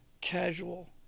casual